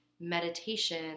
meditation